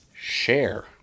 share